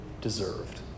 deserved